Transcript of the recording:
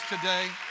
today